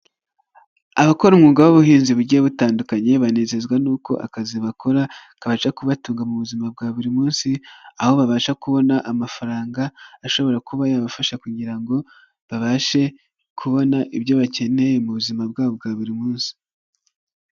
Abakora umwuga w'ubuhinzi bugiye butandukanye, banezezwa nuk'uko akazi bakora kabasha kubatunga mu buzima bwa buri munsi, aho babasha kubona amafaranga ashobora kuba yabafasha kugira ngo babashe kubona ibyo bakeneye mu buzima bwabo bwa buri munsi.